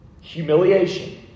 humiliation